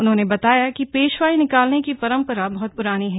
उन्होंने बताया की पेशवाई निकालने की परंपरा बहुत पुरानी है